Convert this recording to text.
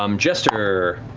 um jester.